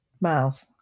mouth